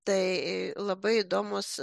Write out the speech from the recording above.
tai labai įdomūs